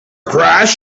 crash